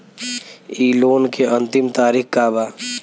इ लोन के अन्तिम तारीख का बा?